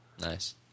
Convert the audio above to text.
Nice